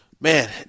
Man